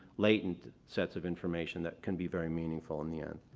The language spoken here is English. latent sets of information that can be very meaningful in the end.